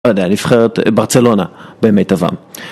אני יודע, נבחרת ברצלונה בימי טבעם.